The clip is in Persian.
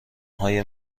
های